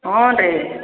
ಹ್ಞೂ ರೀ